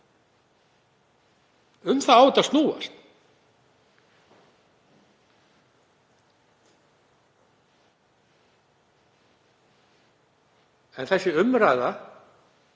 Um það á þetta að snúast. En þessi umræða